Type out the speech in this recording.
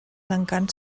encants